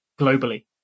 globally